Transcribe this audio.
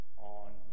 on